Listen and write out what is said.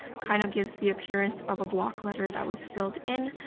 kind of gives the appearance of a block letter that was filled in,